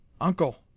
Uncle